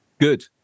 Good